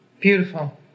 beautiful